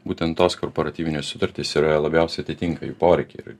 būtent tos korporatyvinės sutartys ir labiausiai atitinka jų poreikiai ir